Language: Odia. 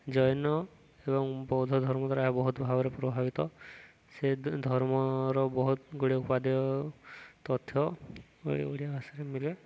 ଜୈନ ଏବଂ ବୌଦ୍ଧ ଧର୍ମ ଦ୍ୱାରା ବହୁତ ଭାବରେ ପ୍ରଭାବିତ ସେ ଧର୍ମର ବହୁତ ଗୁଡ଼ିଏ ଉପାଦେୟ ତଥ୍ୟ ଓଡ଼ିଆ ଭାଷାରେ ମିଳେ